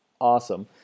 awesome